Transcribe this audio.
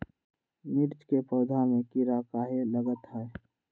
मिर्च के पौधा में किरा कहे लगतहै?